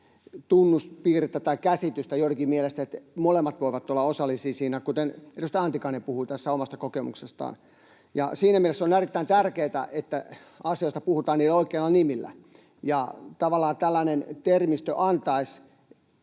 tunnuspiirteen tai käsityksen joidenkin mielestä, että molemmat voivat olla osallisia siinä, kuten edustaja Antikainen puhui tässä omasta kokemuksestaan. Siinä mielessä on erittäin tärkeätä, että asioista puhutaan niiden oikeilla nimillä. Tällainen termistö antaisi